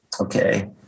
okay